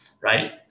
right